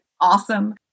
awesome